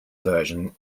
version